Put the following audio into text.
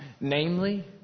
namely